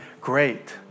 great